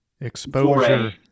exposure